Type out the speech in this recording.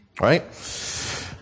Right